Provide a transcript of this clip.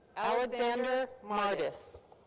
alexander mardis.